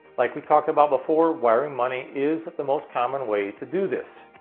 like we talked about before, wiring money is the most common way to do this.